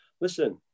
Listen